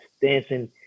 Dancing